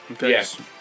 Yes